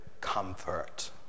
comfort